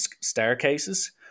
staircases